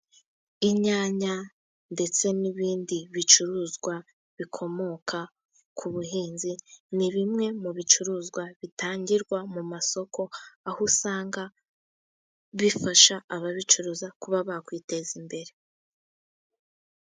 Inyanya ndetse n'ibindi bicuruzwa bikomoka ku buhinzi, ni bimwe mu bicuruzwa bitangirwa mu masoko, aho usanga bifasha ababicuruza kuba bakwiteza imbere.